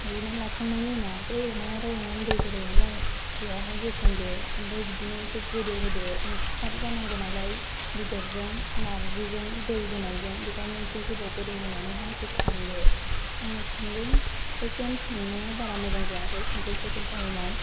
साग्लिनानै लाखांनायनि उनाव बे अमाया एवनानै दै होबाय नालाय बेयावहाय होस'नदो ओमफ्राय बिदिनो एसे गोदौहोदो मिक्सार जानांगौ नालाय बेदरजों नारजिजों दै होनायजों बेनिखायनो एसे गोबाव गोदौहोनानैहाय बेखौ खांदो आं संदों फार्स्ट टाइम संनायाव बारा मोजां जायाखै खिन्थु सेकेन्ड टाइमआव